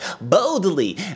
boldly